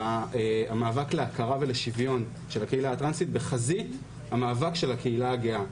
והמאבק להכרה ולשוויון של הקהילה הטרנסית בחזית המאבק של הקהילה הגאה.